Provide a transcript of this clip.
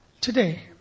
today